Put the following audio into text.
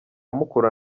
mukura